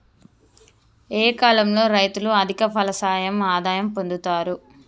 ఏ కాలం లో రైతులు అధిక ఫలసాయం ఆదాయం పొందుతరు?